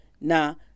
now